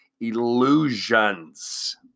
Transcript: illusions